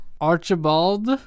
Archibald